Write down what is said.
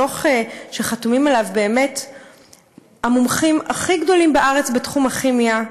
דוח שחתומים עליו באמת המומחים הכי גדולים בארץ בתחום הכימיה,